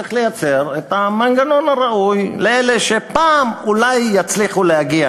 צריך לייצר את המנגנון הראוי לאלה שפעם אולי יצליחו להגיע.